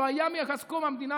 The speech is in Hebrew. לא היה מאז קום המדינה,